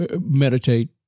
Meditate